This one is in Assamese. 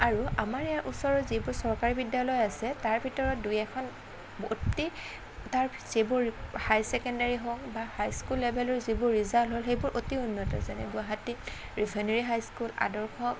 আৰু আমাৰ ইয়াৰ ওচৰৰ যিবোৰ চৰকাৰী বিদ্যালয় আছে তাৰ ভিতৰত দুই এখন গোটেই তাৰ যিবোৰ হাই ছেকেণ্ডাৰী হওক বা হাই স্কুল লেভেলৰ যিবোৰ ৰিজাল্ট হয় সেইবোৰ অতি উন্নত যেনে গুৱাহাটী ৰিফেইনেৰী হাই স্কুল আদৰ্শ